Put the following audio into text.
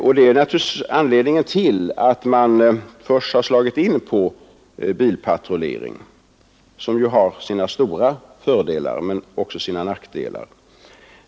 Detta är naturligtvis anledningen till att man först slagit in på bilpatrullering, som har sina stora fördelar men naturligtvis också sina nackdelar.